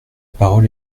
parole